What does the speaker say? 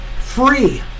Free